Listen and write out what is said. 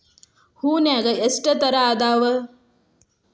ಹೂನ್ಯಾಗ ಎಷ್ಟ ತರಾ ಅದಾವ್?